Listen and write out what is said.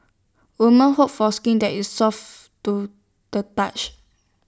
woman hope for skin that is soft to the touch